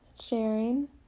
sharing